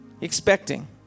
expecting